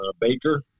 Baker